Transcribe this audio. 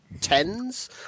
tens